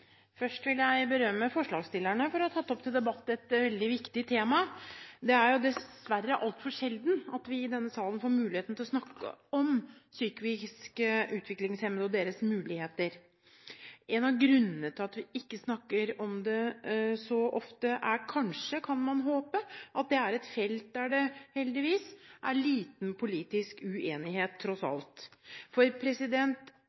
Først vil jeg berømme forslagsstillerne for å ha tatt opp til debatt et veldig viktig tema. Det er dessverre altfor sjelden at vi i denne salen får mulighet til å snakke om psykisk utviklingshemmede og deres muligheter. En av grunnene til at vi ikke snakker om det så ofte, er kanskje, kan man håpe, at det er et felt der det heldigvis er liten politisk uenighet tross